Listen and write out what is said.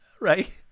Right